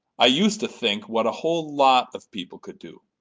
i used to think what a whole lot of people could do.